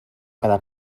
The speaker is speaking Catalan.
quedar